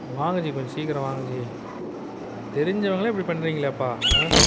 வாங்க ஜி கொஞ்சம் சீக்கிரம் வாங்க ஜி தெரிஞ்சவங்களே இப்படி பண்ணுறீங்களேப்பா ஆ